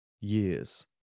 years